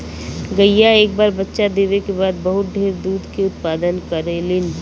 गईया एक बार बच्चा देवे क बाद बहुत ढेर दूध के उत्पदान करेलीन